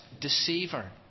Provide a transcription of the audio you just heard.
deceiver